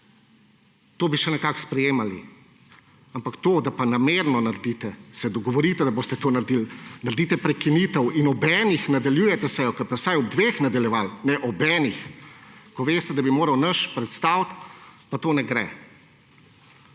To bi še nekako sprejemali. Ampak to, da namerno naredite, se dogovorite, da boste to naredili, naredite prekinitev in ob enih nadaljujete sejo − ko bi jo vsaj ob dveh nadaljevali, ne ob enih − ko veste, da bi moral naš član predstaviti, to pa ne gre.